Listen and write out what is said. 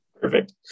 perfect